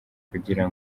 kugira